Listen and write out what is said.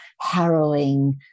harrowing